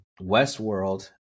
Westworld